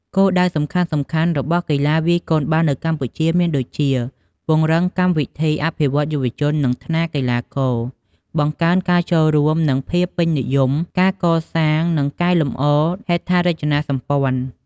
គោលដៅសំខាន់ៗ របស់កីឡាវាយកូនបាល់នៅកម្ពុជាមានដូចជា ពង្រឹងកម្មវិធីអភិវឌ្ឍន៍យុវជន និងថ្នាលកីឡាករ បង្កើនការចូលរួមនិងភាពពេញនិយម ការកសាង និងកែលម្អហេដ្ឋារចនាសម្ព័ន្ធ។